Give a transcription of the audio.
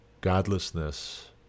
godlessness